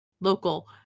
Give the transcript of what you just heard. Local